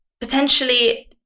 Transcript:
potentially